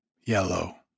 yellow